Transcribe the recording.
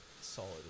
solid